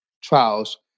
trials